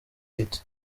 pitt